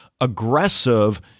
aggressive